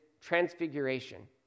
transfiguration